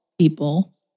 people